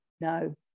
No